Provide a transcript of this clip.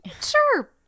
Sure